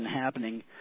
happening